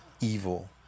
evil